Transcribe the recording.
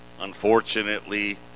unfortunately